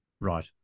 Right